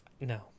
No